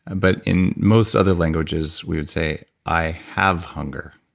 but in most other languages we would say, i have hunger.